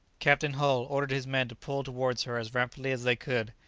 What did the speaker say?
captain hull ordered his men to pull towards her as rapidly as they could,